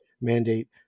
mandate